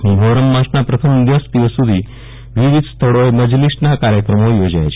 મોહરમ માસના પ્રથમ દશ દિવસ સુધી વિવિધ સ્થળોએ મજલીસના કાર્યક્રમો યોજાય છે